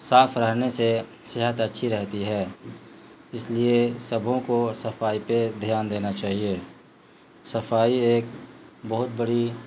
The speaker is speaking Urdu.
صاف رہنے سے صحت اچھی رہتی ہے اس لیے سبوں کو صفائی پہ دھیان دینا چاہیے صفائی ایک بہت بڑی